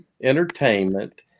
entertainment